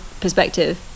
perspective